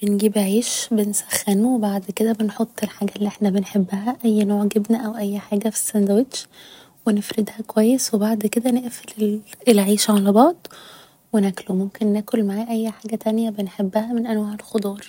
بنجيب عيش بنسخنه و بعد كده بنحط الحاجة اللي احنا بنحبها اي نوع جبنة او اي حاجة في السندوتش و نفردها كويس و بعد كده نقفل العيش على بعض و ناكله ممكن ناكل معاه اي حاجة تانية بنحبها من أنواع الخضار